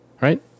right